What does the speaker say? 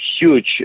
huge